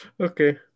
Okay